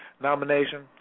nomination